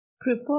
prefer